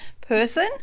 person